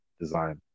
design